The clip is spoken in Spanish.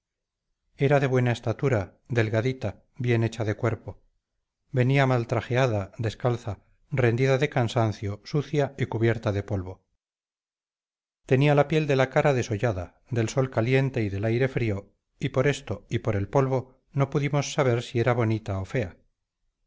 era de buena estatura delgadita bien echa de cuerpo venía mal trajeada descalza rendida de cansancio sucia y cubierta de polvo tenía la piel de la cara desollada del sol caliente y del aire frío y por esto y por el polvo no pudimos saber si era bonita o fea